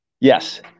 Yes